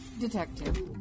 Detective